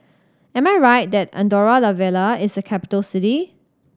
am I right that Andorra La Vella is a capital city